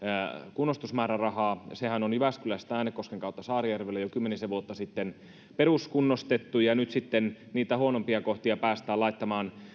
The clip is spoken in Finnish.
kunnostusmäärärahaa sehän on jyväskylästä äänekosken kautta saarijärvelle jo kymmenisen vuotta sitten peruskunnostettu ja nyt sitten niitä huonompia kohtia päästään laittamaan